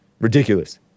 Ridiculous